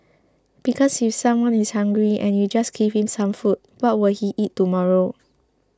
because if someone is hungry and you just give him some food what will he eat tomorrow